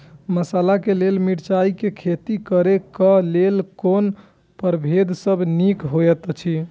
मसाला के लेल मिरचाई के खेती करे क लेल कोन परभेद सब निक होयत अछि?